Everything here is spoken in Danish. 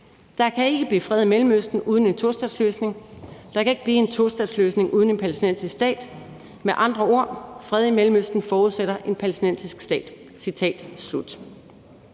Der kan ikke blive fred i Mellemøsten uden en tostatsløsning. Der kan ikke blive en tostatsløsning uden en palæstinensisk stat. Med andre ord: Fred i Mellemøsten forudsætter en palæstinensisk stat.« Jeg